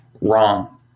wrong